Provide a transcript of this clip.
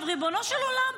ריבונו של עולם,